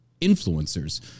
influencers